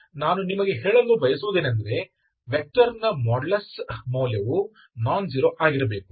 ನಾನು ನಿಮಗೆ ಹೇಳಲು ಬಯಸುವುದೇನೆಂದರೆ ವೆಕ್ಟರ್ನ ಮಾಡ್ಯುಲಸ್ ಮೌಲ್ಯವು ನಾನ್ ಝೀರೋ ಆಗಿರಬೇಕು